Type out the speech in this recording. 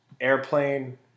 airplane